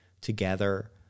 together